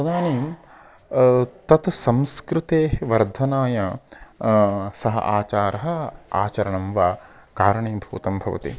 तदानीं तत् संस्कृतेः वर्धनाय सः आचारः आचरणं वा कारणीभूतं भवति